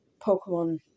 Pokemon